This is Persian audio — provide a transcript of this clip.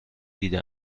دیده